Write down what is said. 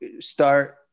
start